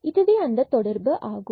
இதுவே அந்த தொடர்பு ஆகும்